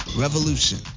revolution